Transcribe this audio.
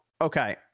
okay